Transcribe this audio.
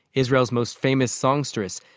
israel's most famous songstress,